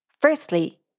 Firstly